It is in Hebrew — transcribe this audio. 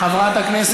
חברת הכנסת יעל גרמן.